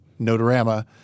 Notorama